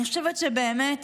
אני חושבת שבאמת,